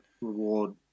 reward